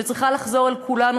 שצריכה לחזור אל כולנו,